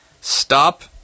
stop